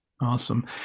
Awesome